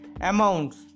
amounts